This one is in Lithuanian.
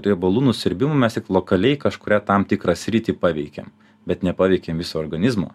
riebalų nusiurbimu mes tik lokaliai kažkurią tam tikrą sritį paveikiam bet nepaveikėm viso organizmo